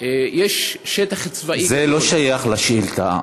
יש שטח צבאי --- זה לא שייך לשאילתה.